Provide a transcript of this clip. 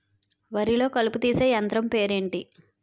వరి లొ కలుపు తీసే యంత్రం పేరు ఎంటి?